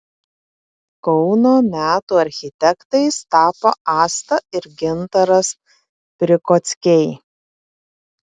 kauno metų architektais tapo asta ir gintaras prikockiai